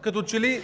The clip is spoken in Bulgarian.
като че ли